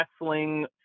wrestling